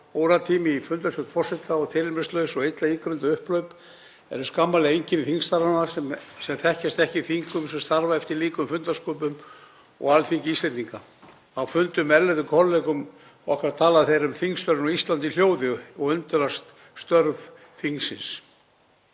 óratími í fundarstjórn forseta og tilefnislaus og illa ígrunduð upphlaup eru skammarlegt einkenni þingstarfanna sem þekkjast ekki í þingum sem starfa eftir líkum fundarsköpum og Alþingi Íslendinga. Á fundum með erlendum kollegum okkar tala þeir um þingstörfin á Íslandi í hljóði og undrast störf þingsins.